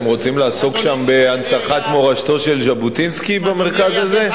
אתם רוצים לעסוק שם בהנצחת מורשתו של ז'בוטינסקי במרכז הזה?